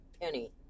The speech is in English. Penny